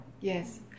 Yes